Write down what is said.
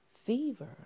fever